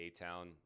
A-Town